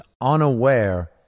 unaware